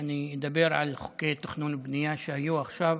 אני אדבר על חוקי התכנון והבנייה שהיו עכשיו